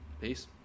Peace